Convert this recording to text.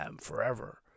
forever